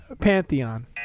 pantheon